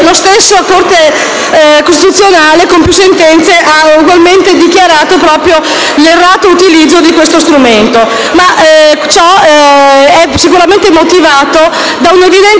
La stessa Corte costituzionale, con più sentenze, ha ugualmente dichiarato errato l'utilizzo di questo strumento.